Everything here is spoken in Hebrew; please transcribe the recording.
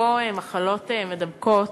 אפרופו מחלות מידבקות,